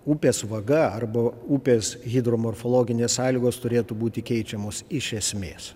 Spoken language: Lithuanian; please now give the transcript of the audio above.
upės vaga arba upės hidromorfologinės sąlygos turėtų būti keičiamos iš esmės